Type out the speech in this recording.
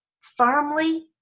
firmly